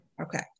Okay